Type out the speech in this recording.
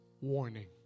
warning